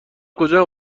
کجا